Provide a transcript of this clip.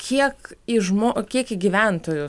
kiek į žmo kiek į gyventojų